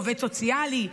עובד סוציאלי,